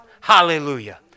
Hallelujah